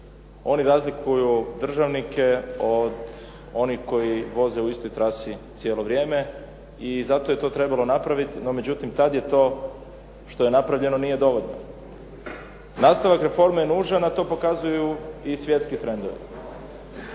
Oni razlikuju državnike od onih koji voze u istoj trasi cijelo vrijeme i zato je to trebalo napraviti. No međutim, tad je to što je napravljeno nije dovoljno. Nastavak reforme je nužan, a to pokazuju i svjetski trendovi.